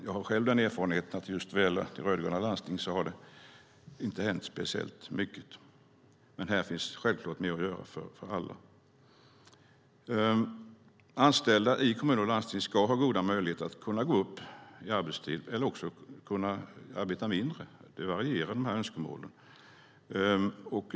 Jag har själv den erfarenheten att det inte har hänt speciellt mycket i de rödgröna landstingen, men här finns självfallet mer att göra för alla. Anställda i kommuner och landsting ska ha goda möjligheter att gå upp i arbetstid eller att arbeta mindre. Önskemålen varierar.